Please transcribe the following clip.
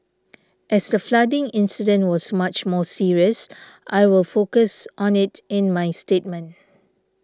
as the flooding incident was much more serious I will focus on it in my statement